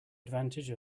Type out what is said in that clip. advantage